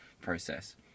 process